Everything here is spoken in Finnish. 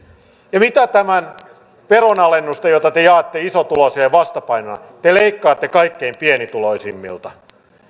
ja mitä näiden veronalennusten joita te jaatte isotuloisille vastapainona on te leikkaatte kaikkein pienituloisimmilta